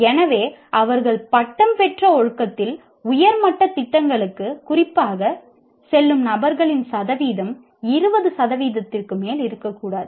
எனவே அவர்கள் பட்டம் பெற்ற ஒழுக்கத்தில் உயர் மட்ட திட்டங்களுக்கு குறிப்பாக செல்லும் நபர்களின் சதவீதம் 20 சதவீதத்திற்கு மேல் இருக்காது